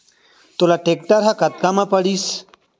तोला टेक्टर ह कतका म पड़िस?